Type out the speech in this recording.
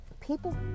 people